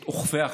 את אוכפי החוק,